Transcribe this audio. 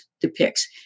depicts